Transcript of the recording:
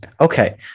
okay